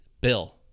Bill